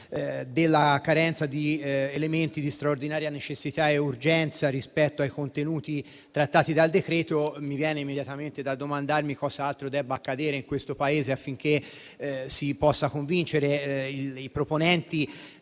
sussistano elementi di straordinaria necessità e urgenza relativamente ai contenuti trattati dal decreto-legge in esame. Mi viene immediatamente da domandarmi cosa altro debba accadere in questo Paese affinché si possano convincere i proponenti